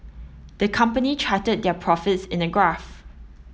the company charted their profits in a graph